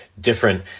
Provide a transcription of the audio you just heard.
different